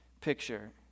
picture